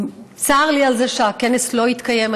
צר לי על זה שהכנס לא התקיים.